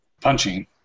punching